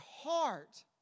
heart